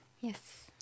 Yes